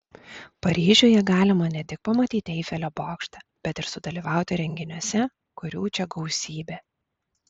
paryžiuje galima ne tik pamatyti eifelio bokštą bet ir sudalyvauti renginiuose kurių čia gausybė